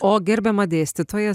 o gerbiama dėstytoja